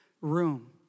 room